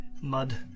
mud